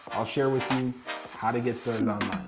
i'll share with you how to get started um